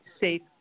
safe